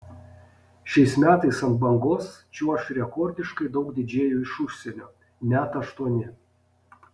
šiais metais ant bangos čiuoš rekordiškai daug didžėjų iš užsienio net aštuoni